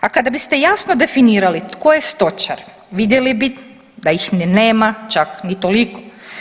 A kada biste jasno definirali tko je stočar, vidjeli bi da ih ni nema čak niti toliko.